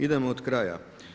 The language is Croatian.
Idemo od kraja.